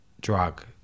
drug